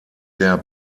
der